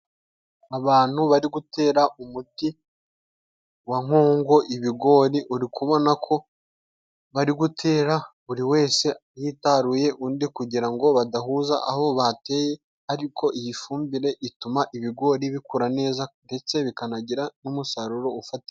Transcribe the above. Abantu bari gutera umuti wa nkongo ibigori uri kubona ko bari gutera buri wese yitaruye undi kugira ngo badahuza aho bateye ariko iyi fumbire ituma ibigori bikura neza ndetse bikanagira n'umusaruro ufatika.